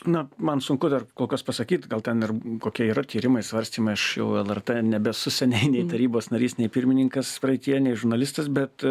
na man sunku dar kol kas pasakyt gal ten ir kokie yra tyrimai svarstymai aš jau lrt nebesu seniai nei tarybos narys nei pirmininkas praeityje nei žurnalistas bet